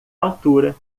altura